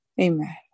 Amen